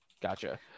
gotcha